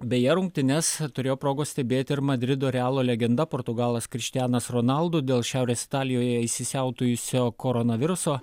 beje rungtynes turėjo progos stebėti ir madrido realo legenda portugalas krištianas ronaldo dėl šiaurės italijoje įsisiautėjusio koronaviruso